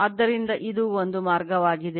ಆದ್ದರಿಂದ ಇದು ಒಂದು ಮಾರ್ಗವಾಗಿದೆ